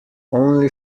only